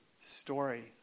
Story